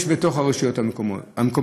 יש בתוך הרשויות המקומיות,